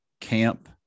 camp